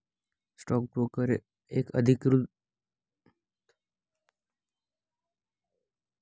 stock broker एक अधिकृत broker, broker dealer किंवा नोंदणीकृत गुंतवणूक सल्लागार आहे